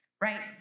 right